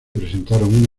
presentaron